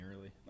early